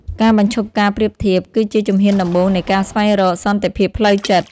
ការបញ្ឈប់ការប្រៀបធៀប គឺជាជំហានដំបូងនៃការស្វែងរក "សន្តិភាពផ្លូវចិត្ត"។